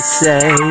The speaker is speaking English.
say